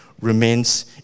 remains